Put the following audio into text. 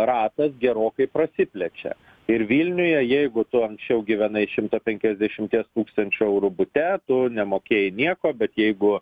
ratas gerokai prasiplečia ir vilniuje jeigu tu anksčiau gyvenai šimto penkiasdešimties tūkstančių eurų bute tu nemokėjai nieko bet jeigu